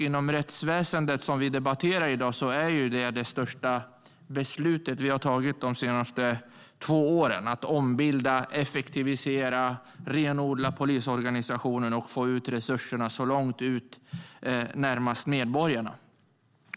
Inom rättsväsendet, som vi debatterar i dag, är detta det största beslut som vi har fattat de senaste två åren - att ombilda, effektivisera och renodla polisorganisationen och få ut resurserna långt, närmast medborgarna.